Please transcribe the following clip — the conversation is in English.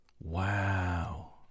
Wow